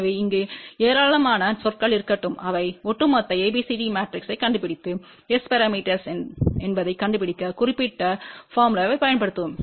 எனவே இங்கு ஏராளமான சொற்கள் இருக்கட்டும் அவை ஒட்டுமொத்த ABCD மேட்ரிக்ஸைக் கண்டுபிடித்து S பரமீட்டர்ஸ் என்பதைக் கண்டுபிடிக்க குறிப்பிட்ட போர்முலாதைப் பயன்படுத்தவும்